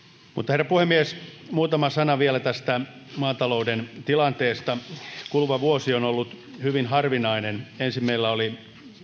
herra puhemies muutama sana vielä tästä maatalouden tilanteesta kuluva vuosi on ollut hyvin harvinainen ensin meillä oli